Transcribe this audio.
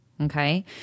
Okay